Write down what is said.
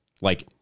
Like-